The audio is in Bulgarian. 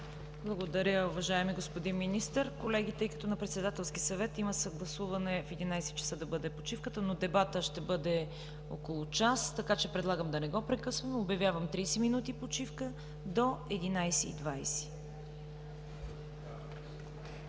Благодаря, уважаеми господин Министър. Колеги, на Председателски съвет има съгласуване в 11,00 ч. да бъде почивката, но дебатът ще бъде около час, така че предлагам да не го прекъсваме. Обявявам 30 минути почивка – до 11,20